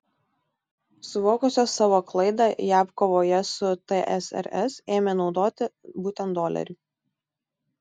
suvokusios savo klaidą jav kovoje su tsrs ėmė naudoti būtent dolerį